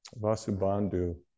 Vasubandhu